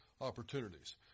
opportunities